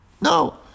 No